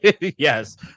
Yes